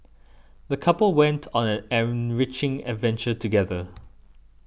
the couple went on an enriching adventure together